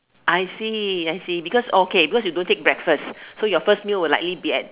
I see I see because okay because you don't take breakfast so your first meal will likely be at